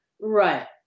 right